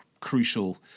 crucial